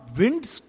winds